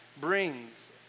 brings